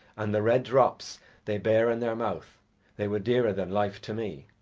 and the red drops they bare in their mouth they were dearer than life to me.